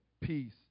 peace